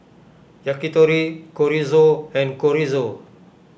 Yakitori Chorizo and Chorizo